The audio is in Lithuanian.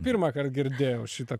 pirmąkart girdėjau šitą